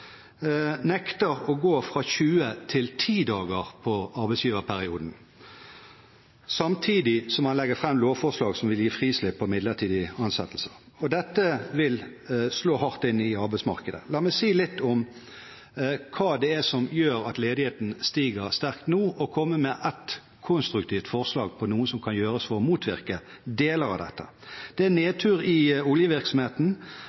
nekter å gå fra 20 til 10 dager med arbeidsgiverperiode, samtidig som han legger fram lovforslag som vil gi frislipp av midlertidige ansettelser. Dette vil slå hardt inn i arbeidsmarkedet. La meg si litt om hva som gjør at ledigheten stiger sterkt nå, og komme med et konstruktivt forslag til noe som kan gjøres for å motvirke deler av dette. Det er